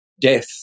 death